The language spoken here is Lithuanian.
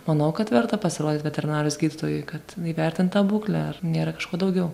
manau kad verta pasirodyt veterinarijos gydytojui kad įvertint tą būklę ar nėra kažko daugiau